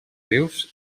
vius